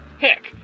Heck